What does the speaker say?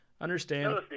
Understand